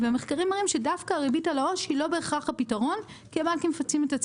מחקרים מראים שדווקא ריבית על העו"ש היא לא בהכרח הפתרון,